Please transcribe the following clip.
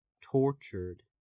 tortured